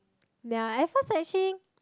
ya at first actually